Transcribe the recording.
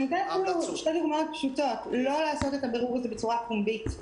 אציג לכם שתי דוגמאות פשוטות: לא לעשות את הבירור הזה בצורה פומבית,